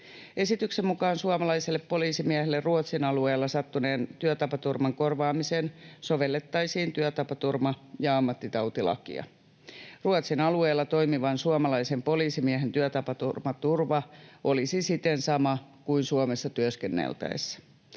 Esityksen mukaan suomalaiselle poliisimiehelle Ruotsin alueella sattuneen työtapaturman korvaamiseen sovellettaisiin työtapaturma- ja ammattitautilakia. Ruotsin alueella toimivan suomalaisen poliisimiehen työtapaturmaturva olisi siten sama kuin Suomessa työskenneltäessä.